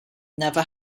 never